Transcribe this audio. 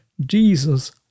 Jesus